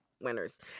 winners